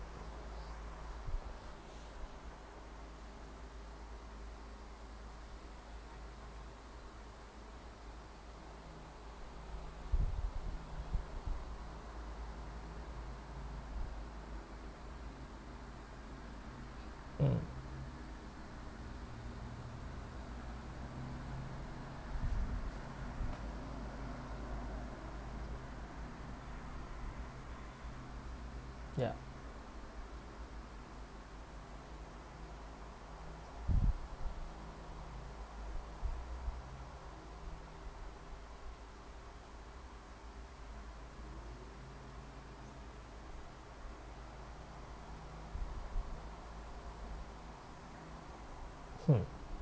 mm ya mm